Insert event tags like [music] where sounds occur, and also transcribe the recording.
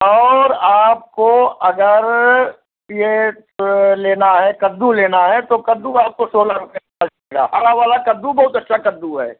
और आपको अगर ये लेना है कद्दू लेना है तो कद्दू आपको सोलह रुपये [unintelligible] हरा वाला कद्दू बहुत अच्छा कद्दू है